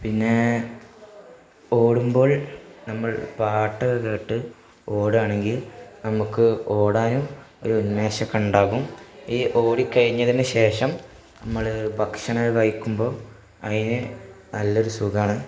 പിന്നേ ഓടുമ്പോൾ നമ്മൾ പാട്ട് കേട്ട് ഓടുകയാണെങ്കിൽ നമുക്ക് ഓടാനും ഒരുന്മേഷമൊക്കെ ഉണ്ടാവും ഈ ഓടിക്കഴിഞ്ഞതിന് ശേഷം നമ്മള് ഭക്ഷണമൊക്കെ കഴിക്കുമ്പോള് അതിന് നല്ലൊരു സുഖമാണ്